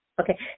okay